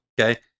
Okay